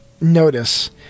notice